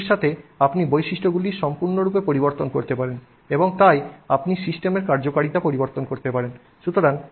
এবং এটির সাথে আপনি বৈশিষ্ট্যগুলি সম্পূর্ণরূপে পরিবর্তন করতে পারেন এবং তাই আপনি সিস্টেমের কার্যকারিতা পরিবর্তন করতে পারেন